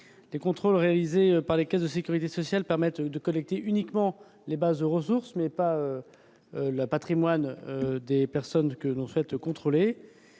Les contrôles réalisés par les caisses de sécurité sociale permettent de connecter uniquement les bases des ressources, mais pas celles qui contiennent le patrimoine des personnes qu'elles souhaitent contrôler.